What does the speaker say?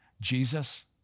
Jesus